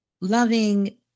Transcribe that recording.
loving